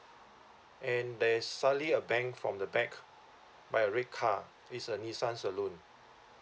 and there's suddenly a bang from the back by a red car it's a nissan saloon